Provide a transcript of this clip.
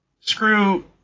Screw